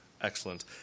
Excellent